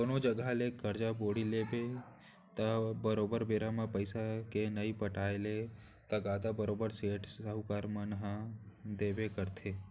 कोनो जघा ले करजा बोड़ी लेबे त बरोबर बेरा म पइसा के नइ पटाय ले तगादा बरोबर सेठ, साहूकार मन ह देबे करथे